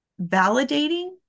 validating